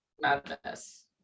Madness